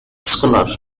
scholar